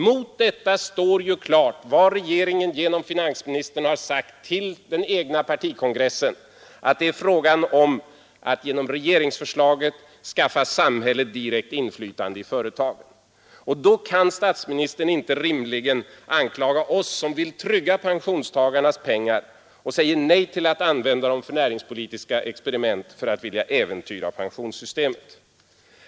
Mot detta står ju klart det regeringen genom finansministern har sagt till den egna partikongressen, nämligen att det är fråga om att genom regeringsförslaget skaffa samhället direktinflytande i företagen. Då kan statsministern rimligen inte anklaga oss, som vill trygga pensionstagarnas pengar och säger nej till att använda dem till näringspolitiska experiment, för att vilja äventyra pensionssystemet.